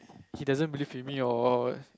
he doesn't believe in me or what what